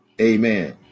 Amen